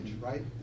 right